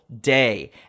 day